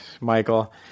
Michael